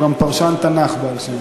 הוא גם פרשן תנ"ך בעל שם.